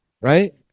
right